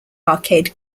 arcade